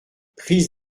prise